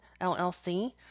LLC